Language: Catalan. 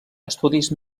estudis